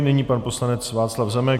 Nyní pan poslanec Václav Zemek.